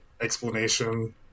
explanation